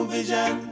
Vision